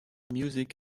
music